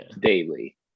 daily